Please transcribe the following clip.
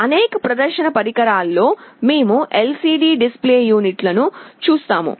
అనేక ప్రదర్శన పరికరాల్లో మేము LCD డిస్ప్లే యూనిట్ లను చూస్తాము